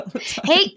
Hey